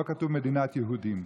לא כתוב "מדינת יהודים".